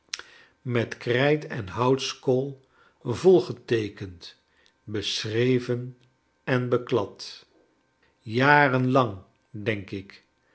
met krijt en houtskool vol geteekend beschreven en beklad jaren lang denk ik